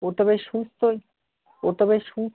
ও তো বেশ সুস্থই ও তো বেশ